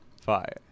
Fire